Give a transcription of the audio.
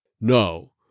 No